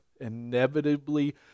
inevitably